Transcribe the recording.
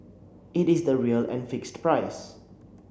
it is the real and fixed price